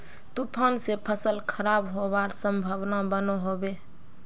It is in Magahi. तूफान से फसल खराब होबार संभावना बनो होबे?